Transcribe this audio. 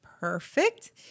Perfect